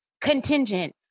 contingent